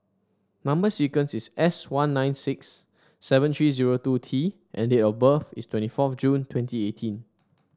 number sequence is S one nine six seven three zero two T and date of birth is twenty fourth June twenty eighteen